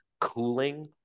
cooling